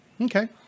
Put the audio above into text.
Okay